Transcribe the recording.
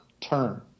turn